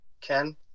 Ken